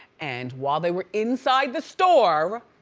and while they where inside the store